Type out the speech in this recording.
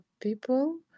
people